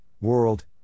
world